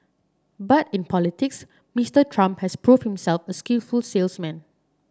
but in politics Mister Trump has proved himself a skillful salesman